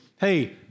hey